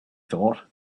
thought